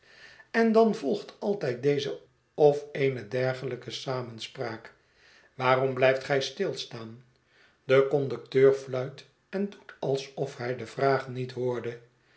en dan volgt altijd deze of eene dergelijke samenspraak waarom blijft gij stilstaan de conducteur fluit en doet als of hij de vraag niet hoorde